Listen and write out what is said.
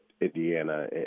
Indiana